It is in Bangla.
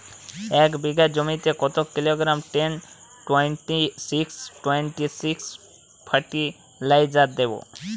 এক বিঘা জমিতে কত kilogram ten twenty six twenty six fertiliser দেবো?